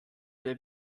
der